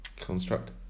construct